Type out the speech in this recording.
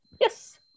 Yes